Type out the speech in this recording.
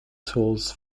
tools